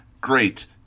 great